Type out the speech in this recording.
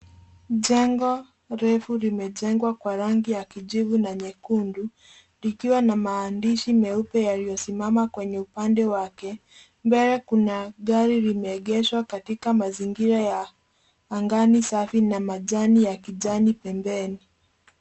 Jengo refu limejengwa kwa rangi ya kijivu na nyekundu likiwa na maandishi meupe yaliyosimama kwenye upande wake. mbele kuna gari limeegeshwa katika mazingira ya angani safi na majani ya kijani pembeni.